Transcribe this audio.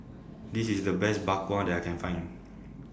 This IS The Best Bak Kwa that I Can Find